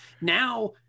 now